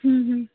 ᱦᱩᱸ ᱦᱩᱸ